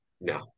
No